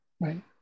Right